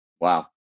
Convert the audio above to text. Wow